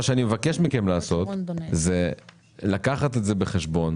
אני מבקש מכם לקחת את זה בחשבון